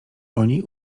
oni